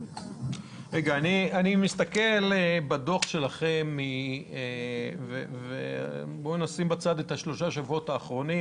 אני מסתכל בדוח שלכם ובואי נשים בצד את שלושת השבועות האחרונים